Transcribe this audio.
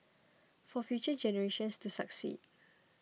for future generations to succeed